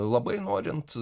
labai norint